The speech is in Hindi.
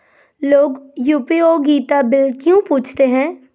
लोग उपयोगिता बिल क्यों पूछते हैं?